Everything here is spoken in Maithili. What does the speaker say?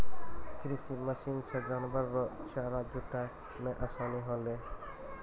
कृषि मशीन से जानवर रो चारा जुटाय मे आसानी होलै